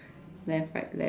left right left